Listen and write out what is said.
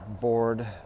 board